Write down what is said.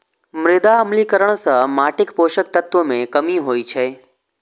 मृदा अम्लीकरण सं माटिक पोषक तत्व मे कमी होइ छै